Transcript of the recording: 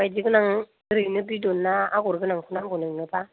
माइदि गोनां ओरैनो बिदन ना आगर गोनांखौ नांगौ नोंनोबा